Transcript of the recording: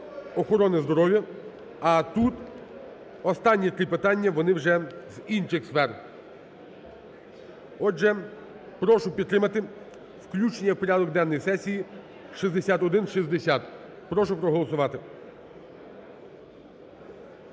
охорони здоров'я, а тут останні три питання, вони вже з інших сфер. Отже, прошу підтримати включення в порядок денний сесії 6160. Прошу проголосувати.